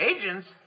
Agents